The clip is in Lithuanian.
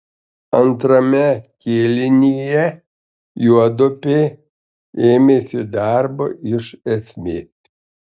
antrame kėlinyje juodupė ėmėsi darbo iš esmės